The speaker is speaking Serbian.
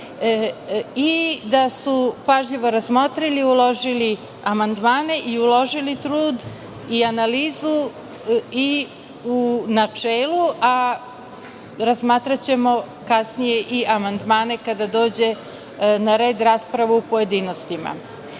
i da su pažljivo razmotrili, uložili amandmane i uložili trud i analizu i u načelu, a razmatraćemo kasnije i amandmane kada dođe na red rasprava u pojedinostima. Što